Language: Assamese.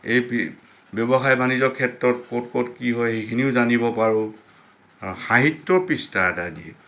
এই ব্যৱসায় বাণিজ্যৰ ক্ষেত্ৰত ক'ত ক'ত কি হয় সেইখিনিও জানিব পাৰোঁ সাহিত্য পৃষ্ঠা এটা দিয়ে